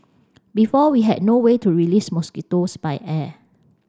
before we had no way to release mosquitoes by air